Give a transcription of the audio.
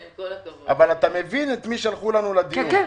אבל אתה מבין את מי שלחו לנו לדיון,